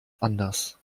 anders